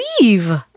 leave